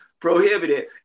prohibited